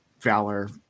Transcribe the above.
valor